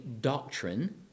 doctrine